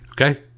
Okay